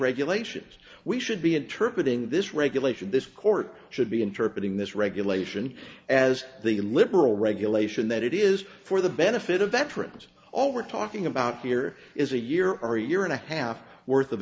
regulations we should be interpreted in this regulation this court should be interpreted in this regulation as the liberal regulation that it is for the benefit of veterans all we're talking about here is a year or a year and a half worth of